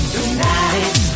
Tonight